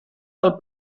del